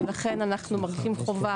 ולכן אנחנו מרגישים חובה,